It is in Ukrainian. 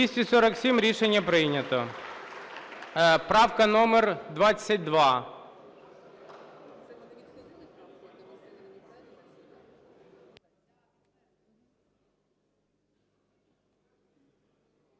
За-247 Рішення прийнято. Правка номер 22.